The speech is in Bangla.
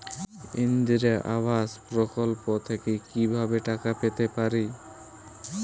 ইন্দিরা আবাস প্রকল্প থেকে কি ভাবে টাকা পেতে পারি?